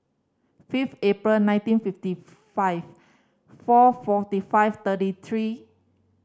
fifth April nineteen fifty five four forty five thirty three